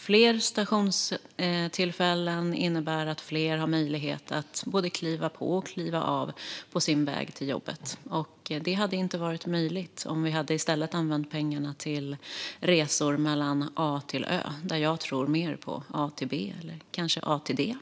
Fler stationstillfällen innebär att fler har möjlighet att både kliva på och kliva av på sin väg till jobbet. Det hade inte varit möjligt om vi i stället hade använt pengarna till resor från A till Ö. Där tror jag mer på A till B eller kanske A till D.